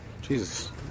Jesus